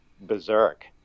berserk